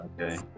okay